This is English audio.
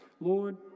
Lord